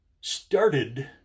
started